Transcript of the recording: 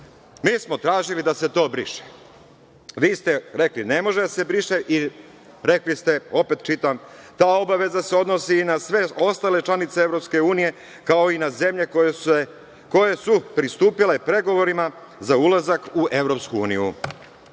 smo tražili da se to briše. Vi ste rekli da ne može da se briše i rekli ste, opet čitam, ta obaveza se odnosi i na sve ostale članice EU, kao i na zemlje koje su pristupile pregovorima za ulazak u EU. Znači,